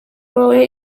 wowe